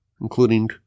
including